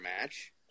match